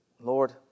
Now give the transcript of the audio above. Lord